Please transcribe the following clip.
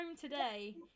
today